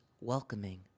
welcoming